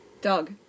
Dog